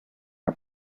are